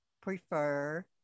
prefer